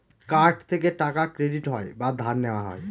card থেকে টাকা credit হয় বা ধার নেওয়া হয়